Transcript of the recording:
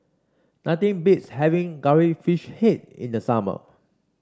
nothing beats having Curry Fish Head in the summer